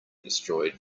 destroyed